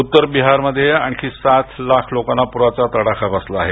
उत्तर बिहार मध्ये आणखी सात लाख लोकांना पुराचा तडाखा बसला आहे